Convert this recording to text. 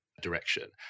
direction